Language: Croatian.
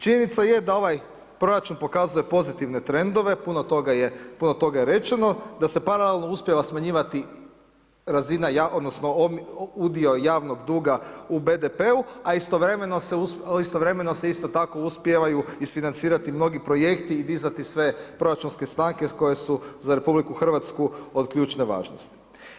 Činjenica je da ovaj proračun pokazuje pozitivne trendove, puno toga je, puno toga je rečeno, da se paralelno uspijeva smanjivati razina, odnosno udio javnog duga u BDP-u a istovremeno se isto tako uspijevaju isfinancirati mnogi projekti i dizati sve proračunske stavke koje su za RH od ključne važnosti.